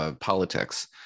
politics